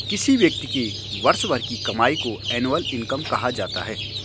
किसी व्यक्ति के वर्ष भर की कमाई को एनुअल इनकम कहा जाता है